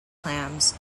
clams